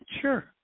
Sure